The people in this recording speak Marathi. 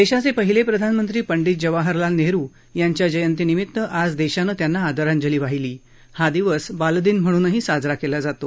देशाचे पहिले प्रधानमंत्री पंडीत जवाहरलाल नेहरु यांच्या जयंतीनिमित्त आज देशानं त्यांना आदरांजली वाहिली हा दिवस बालदिन म्हणूनही साजरा केला जातो